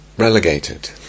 relegated